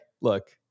look